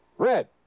Red